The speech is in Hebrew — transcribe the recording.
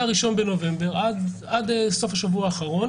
מה-1 בנובמבר עד סוף השבוע האחרון